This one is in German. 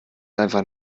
einfach